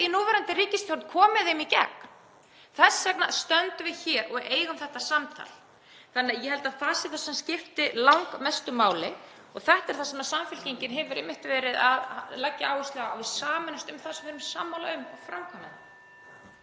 í núverandi ríkisstjórn komið þessu í gegn? Þess vegna stöndum við hér og eigum þetta samtal. Ég held að það sé það sem skipti langmestu máli og þetta er það sem Samfylkingin hefur einmitt verið að leggja áherslu á, að við sameinumst um það sem við erum sammála um og framkvæmum